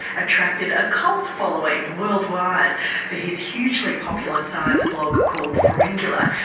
attracted a cult following worldwide for his hugely popular science blog called pharyngula,